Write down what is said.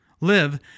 Live